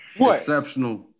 exceptional